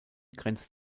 grenzt